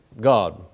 God